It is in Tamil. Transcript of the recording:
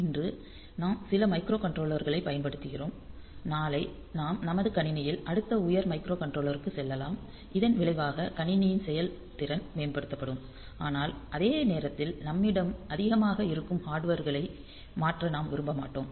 இன்று நாம் சில மைக்ரோகண்ட்ரோலரைப் பயன்படுத்துகிறோம் நாளை நாம் நமது கணினியில் அடுத்த உயர் மைக்ரோகண்ட்ரோலருக்குச் செல்லலாம் இதன் விளைவாக கணினி செயல்திறன் மேம்படுத்தப்படும் ஆனால் அதே நேரத்தில் நம்மிடம் அதிகமாக இருக்கும் ஹார்டுவேர் களை மாற்ற நாம் விரும்பமாட்டோம்